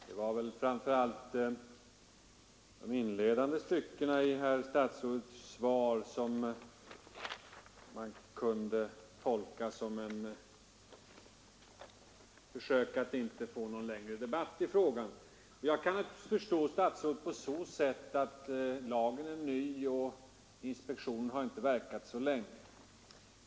Herr talman! Det var väl framför allt de inledande styckena i herr statsrådets svar som man kunde tolka som ett försök att inte få någon längre debatt i frågan. Jag kan naturligtvis förstå statsrådet så till vida att lagen är ny och inspektionen inte har verkat så länge.